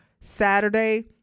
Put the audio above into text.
Saturday